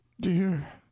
dear